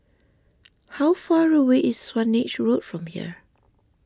how far away is Swanage Road from here